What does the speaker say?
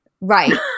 Right